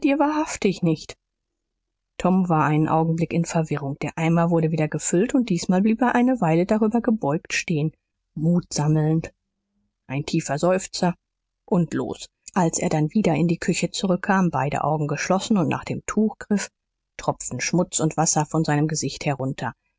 wahrhaftig nicht tom war einen augenblick in verwirrung der eimer wurde wieder gefüllt und diesmal blieb er eine weile darüber gebeugt stehen mut sammelnd ein tiefer seufzer und los als er dann wieder in die küche zurückkam beide augen geschlossen und nach dem tuch griff tropften schmutz und wasser von seinem gesicht herunter